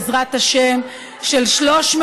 בעזרת השם של 350,